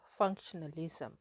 functionalism